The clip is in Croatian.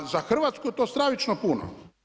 Pa za Hrvatsku je to stravično puno.